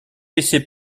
laissez